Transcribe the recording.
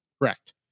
Correct